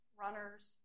runners